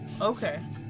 okay